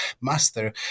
master